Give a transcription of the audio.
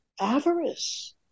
avarice